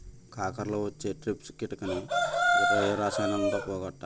కాకరలో వచ్చే ట్రిప్స్ కిటకని ఏ రసాయనంతో పోగొట్టాలి?